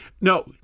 No